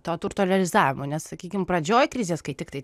to turto realizavimui nes sakykim pradžioj krizės kai tiktai